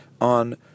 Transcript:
on